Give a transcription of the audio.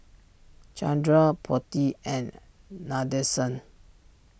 Chandra Potti and Nadesan